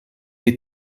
est